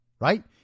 right